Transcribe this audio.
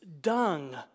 dung